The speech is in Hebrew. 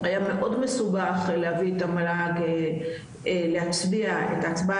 היה מאוד מסובך להביא את המל"ג להצביע את ההצבעה